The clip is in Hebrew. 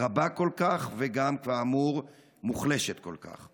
רבה כל כך, וגם, כאמור, מוחלשת כל כך?